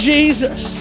Jesus